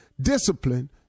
Discipline